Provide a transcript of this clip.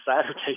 Saturday